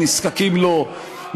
נזקקים לו,